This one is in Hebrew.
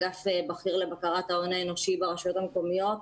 אגף בכיר לבקרת ההון האנושי ברשויות המקומיות,